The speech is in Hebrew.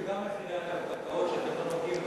זה גם מחירי הקרקעות, שאתם לא נוגעים בהם.